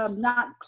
um not,